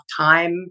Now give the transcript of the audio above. time